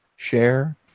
Share